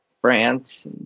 france